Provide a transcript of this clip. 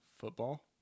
Football